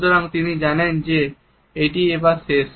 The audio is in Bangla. সুতরাং তিনি জানেন যে এটি এবার শেষ